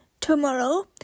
tomorrow